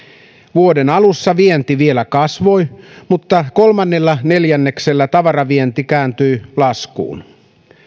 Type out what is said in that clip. vuoden alussa vienti vielä kasvoi mutta kolmannella neljänneksellä tavaravienti kääntyi laskuun